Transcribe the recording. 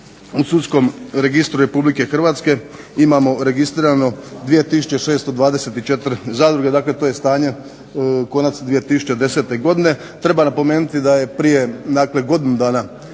u Sudskom registru Republike Hrvatske imamo registrirano 2624 zadruge, dakle to je stanje konac 2010. godine. Treba napomenuti da je prije godinu dana